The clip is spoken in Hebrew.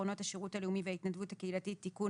(עקרונות השירות הלאומי וההתנדבות הקהילתית) (תיקון),